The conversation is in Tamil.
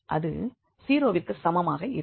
அது 0 விற்கு சமமாக இருக்கும்